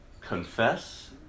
confess